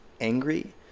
angry